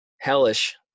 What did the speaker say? hellish